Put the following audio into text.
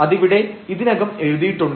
അതിവിടെ ഇതിനകം എഴുതിയിട്ടുണ്ട്